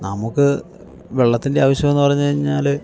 നമുക്ക് വെള്ളത്തിൻ്റെ ആവശ്യം എന്നു പറഞ്ഞു കഴിഞ്ഞാൽ